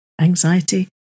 anxiety